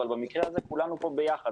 אבל במקרה הזה כולנו פה ביחד.